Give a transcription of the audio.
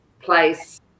place